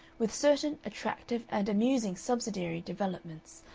with certain attractive and amusing subsidiary developments,